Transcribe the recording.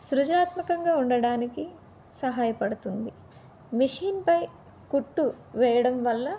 సృజనాత్మకంగా ఉండడానికి సహాయపడుతుంది మేషిన్పై కుట్టు వేయడం వల్ల